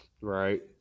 Right